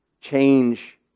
change